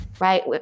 right